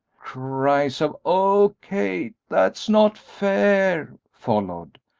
cries of oh, kate, that's not fair! followed.